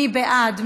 מי בעד?